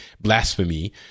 blasphemy